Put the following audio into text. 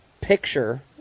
picture